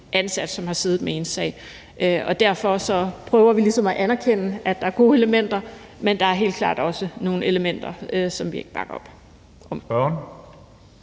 ansat, som har siddet med ens sag, og derfor prøver vi ligesom at anerkende, at der er gode elementer, men der er helt klart også nogle elementer, som vi ikke bakker op om.